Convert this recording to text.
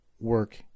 work